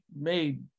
made